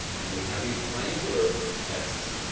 and we have these triangular texts,